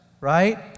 right